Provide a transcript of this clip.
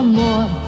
more